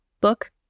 book